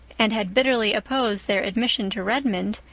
and had bitterly opposed their admission to redmond,